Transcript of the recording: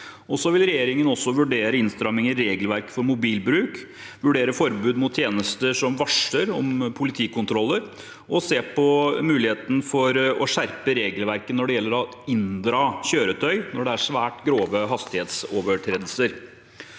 Regjeringen vil også vurdere innstramming i regelverket for mobilbruk, vurdere forbud mot tjenester som varsler om politikontroller, og se på muligheten for å skjerpe regelverket når det gjelder å inndra kjøretøy når det er svært grove hastighetsovertredelser.